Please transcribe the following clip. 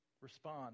Respond